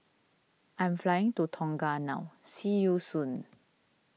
I am flying to Tonga now see you soon